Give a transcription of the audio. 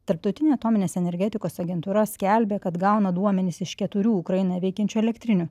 tarptautinė atominės energetikos agentūra skelbė kad gauna duomenis iš keturių ukrainoje veikiančių elektrinių